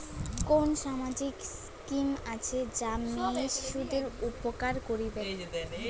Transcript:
কুন সামাজিক স্কিম আছে যা মেয়ে শিশুদের উপকার করিবে?